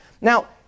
Now